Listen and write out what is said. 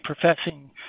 professing